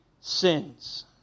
sins